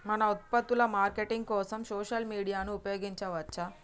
మన ఉత్పత్తుల మార్కెటింగ్ కోసం సోషల్ మీడియాను ఉపయోగించవచ్చా?